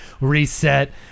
reset